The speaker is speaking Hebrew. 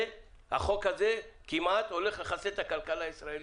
החוק הזה כמעט הולך לחסל את הכלכלה הישראלית,